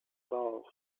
valve